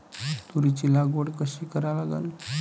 तुरीची लागवड कशी करा लागन?